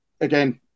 again